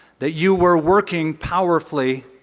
that you were working powerfully